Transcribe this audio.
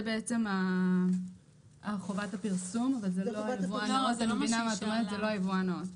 זה בעצם על חובת הפרסום, אבל על יבואן נאות.